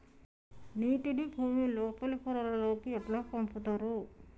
నీటిని భుమి లోపలి పొరలలోకి ఎట్లా పంపుతరు?